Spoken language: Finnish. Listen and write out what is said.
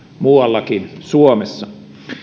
muuallakin suomessa